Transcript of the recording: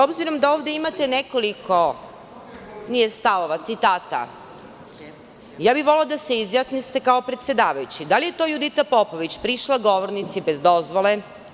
Obzirom da ovde imate nekoliko, nije stavova, citata, ja bih volela da se izjasnite kao predsedavajući - da li je to Judita Popović prišla govornici bez dozvole,